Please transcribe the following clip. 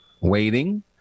waiting